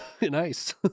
Nice